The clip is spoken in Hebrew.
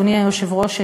אדוני היושב-ראש,